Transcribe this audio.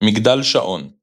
מגדל שעון ==